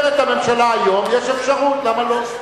אומרת הממשלה: היום יש אפשרות, למה לא?